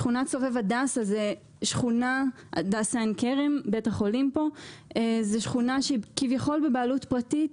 שכונת סובב הדסה עין כרם היא שכונה שהיא כביכול בבעלות פרטית,